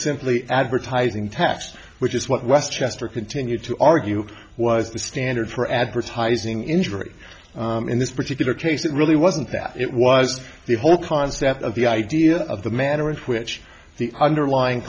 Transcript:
simply advertising tax which is what west chester continued to argue was the standard for advertising injury in this particular case it really wasn't that it was the whole cons of the idea of the manner in which the underlying